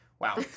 Wow